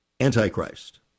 Antichrist